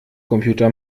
computer